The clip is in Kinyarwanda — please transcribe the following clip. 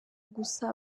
gusa